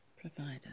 provider